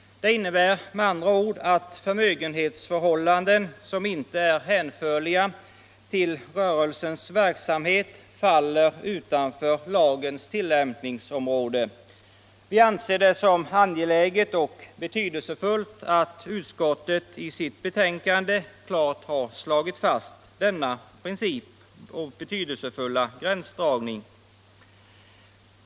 Det innebär med andra ord att förmögenhetsförhållanden som inte är hänförliga till rörelsens verksamhet faller utanför lagens tilllämpningsområde. Vi anser det betydelsefullt att utskottet i sitt betänkande klart har slagit fast denna angelägna gränsdragning.